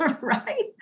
right